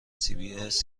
cbs